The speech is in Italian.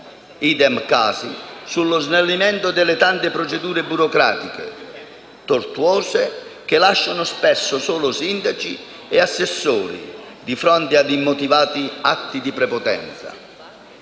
*Idem* dicasi sullo snellimento delle tante procedure burocratiche tortuose che lasciano spesso soli sindaci e assessori di fronte ad immotivati atti di prepotenza.